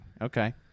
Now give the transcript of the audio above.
Okay